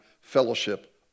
fellowship